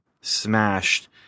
smashed